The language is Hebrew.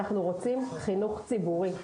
אנחנו רוצים חינוך ציבורי.